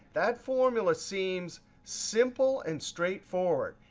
that formula seems simple and straightforward.